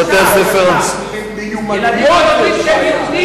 ילדים בבתי-הספר הממלכתיים לא יודעים שהם יהודים.